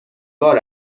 بار